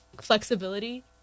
flexibility